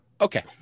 Okay